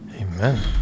Amen